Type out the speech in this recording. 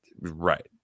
Right